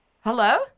hello